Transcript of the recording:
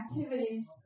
activities